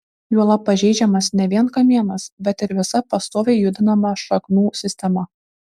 juolab pažeidžiamas ne vien kamienas bet ir visa pastoviai judinama šaknų sistema